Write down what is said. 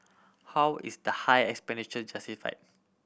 how is the high expenditure justified